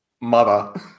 mother